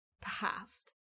past